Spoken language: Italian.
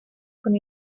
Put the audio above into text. con